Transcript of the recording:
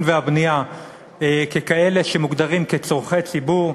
והבנייה ככאלה שמוגדרים כצורכי ציבור,